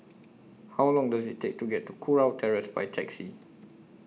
How Long Does IT Take to get to Kurau Terrace By Taxi